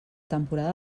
temporada